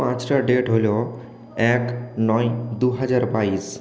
পাঁচটা ডেট হল এক নয় দুহাজার বাইশ